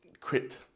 quit